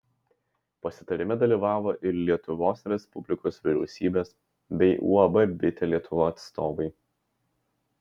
pasitarime dalyvavo ir lietuvos respublikos vyriausybės bei uab bitė lietuva atstovai